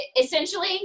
essentially